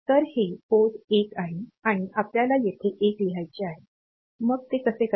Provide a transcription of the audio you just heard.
तर हे पोर्ट १ आहे आणि आपल्याला येथे 1 लिहायचे आहे मग ते कसे करावे